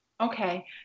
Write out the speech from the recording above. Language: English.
okay